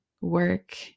work